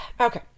Okay